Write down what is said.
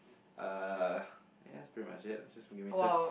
uh ya that's pretty much it just give me two